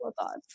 thoughts